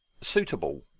suitable